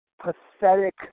pathetic